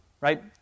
right